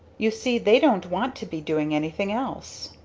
you see they don't want to be doing anything else.